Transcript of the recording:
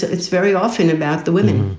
it's very often about the women.